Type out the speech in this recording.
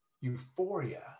euphoria